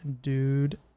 dude